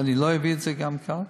ואני לא אביא את זה גם כאן.